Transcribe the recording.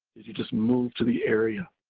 did you just move to the area,